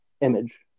image